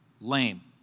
lame